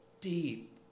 deep